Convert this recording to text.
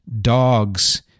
dogs